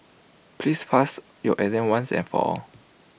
please pass your exam once and for all